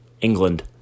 England